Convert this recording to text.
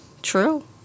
True